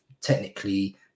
technically